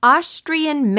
Austrian